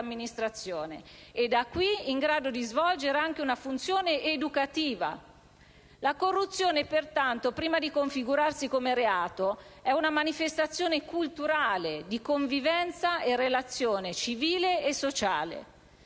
e da qui in grado di svolgere anche una funzione educativa. La corruzione, pertanto, prima di configurarsi come reato è una manifestazione culturale di convivenza e relazione civile e sociale,